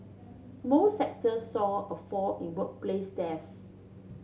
most sectors saw a fall in workplace deaths